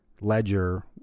Ledger